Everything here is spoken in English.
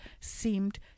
seemed